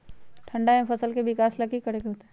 ठंडा में फसल के विकास ला की करे के होतै?